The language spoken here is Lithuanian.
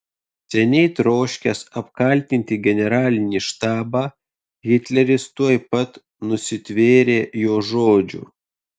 seniai troškęs apkaltinti generalinį štabą hitleris tuoj pat nusitvėrė jo žodžių